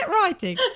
writing